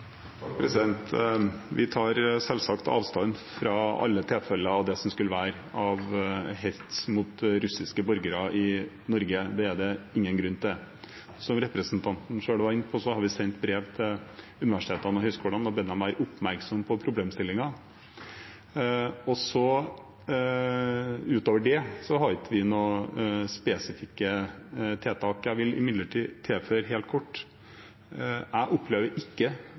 Vi tar selvsagt avstand fra alle tilfeller av det som skulle være av hets mot russiske borgere i Norge – det er det ingen grunn til at det skal være. Som representanten selv var inne på, har vi sendt brev til universitetene og høyskolene og bedt dem om å være oppmerksomme på problemstillingen. Utover det har ikke vi noen spesifikke tiltak. Jeg vil imidlertid helt kort tilføye at jeg som borger i dette samfunnet ikke opplever at man ikke